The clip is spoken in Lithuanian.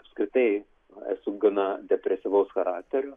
apskritai esu gana depresyvaus charakterio